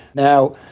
now,